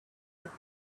would